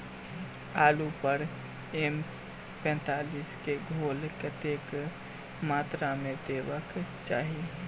आलु पर एम पैंतालीस केँ घोल कतेक मात्रा मे देबाक चाहि?